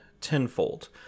tenfold